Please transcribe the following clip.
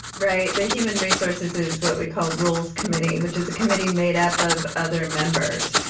right. the human resources is what we call rules committee, which is a committee made up of other members.